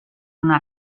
una